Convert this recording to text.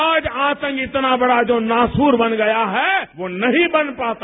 आज आतंक इतना बड़ा जो नासूर बन गया है वो नहीं बन पाता